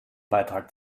beitrag